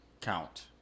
count